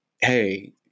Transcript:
hey